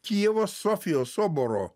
kijevo sofijos soboro